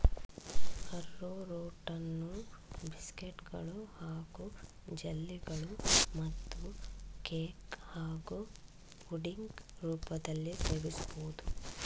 ಆರ್ರೋರೂಟನ್ನು ಬಿಸ್ಕೆಟ್ಗಳು ಹಾಗೂ ಜೆಲ್ಲಿಗಳು ಮತ್ತು ಕೇಕ್ ಹಾಗೂ ಪುಡಿಂಗ್ ರೂಪದಲ್ಲೀ ಸೇವಿಸ್ಬೋದು